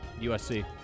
USC